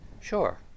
sure